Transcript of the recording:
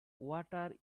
water